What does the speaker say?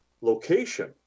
location